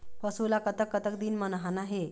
पशु ला कतक कतक दिन म नहाना हे?